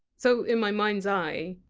so in my mind's eye,